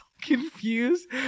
confused